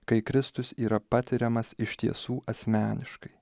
kai kristus yra patiriamas iš tiesų asmeniškai